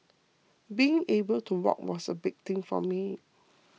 being able to walk was a big thing for me